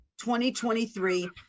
2023